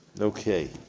Okay